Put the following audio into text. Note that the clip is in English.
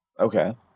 Okay